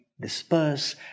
disperse